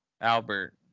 Albert